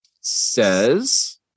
Says